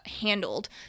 handled